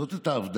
לעשות את ההבדלה.